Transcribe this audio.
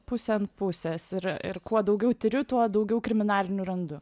pusė an pusės ir ir kuo daugiau tiriu tuo daugiau kriminalinių randu